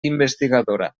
investigadora